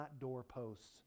doorposts